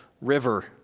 River